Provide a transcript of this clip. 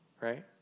right